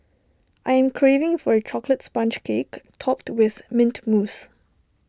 I am craving for A Chocolate Sponge Cake Topped with Mint Mousse